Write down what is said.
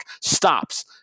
stops